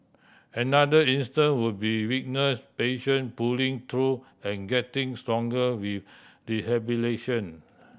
another instance would be witness patient pulling through and getting stronger with rehabilitation